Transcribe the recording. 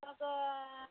मग